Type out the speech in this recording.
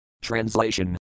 Translation